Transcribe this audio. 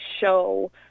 show